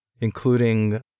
including